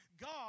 God